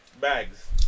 Bags